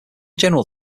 general